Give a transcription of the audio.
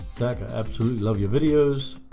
jack i absolutely love your videos